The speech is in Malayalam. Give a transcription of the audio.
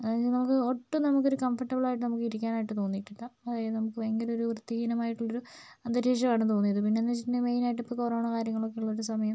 അതിൽ നമുക്ക് ഒട്ടും നമുക്കൊരു കംഫർട്ടബിൾ ആയിട്ട് നമുക്ക് ഇരിക്കാനായിട്ട് തോന്നിയിട്ടില്ല അതായത് നമുക്ക് ഭയങ്കര ഒരു വൃത്തിഹീനമായിട്ടുള്ളൊരു അന്തരീക്ഷമാണ് തോന്നിയത് പിന്നെയെന്ന് വെച്ചിട്ടുണ്ടെങ്കിൽ മെയിനായിട്ട് ഇപ്പോൾ കൊറോണ കാര്യങ്ങളൊക്കെ ഉള്ളൊരു സമയം